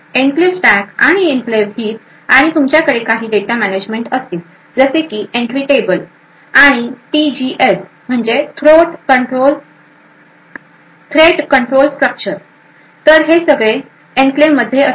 enclave stack आणि enclave heap आणि तुमच्याकडे काही डेटा मॅनेजमेंट असतील जसे की एंट्री टेबल आणि टीसीएस जे म्हणजे थ्रेट कंट्रोल स्ट्रक्चर तर हे सगळे एन्क्लेव मध्ये असते